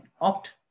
opt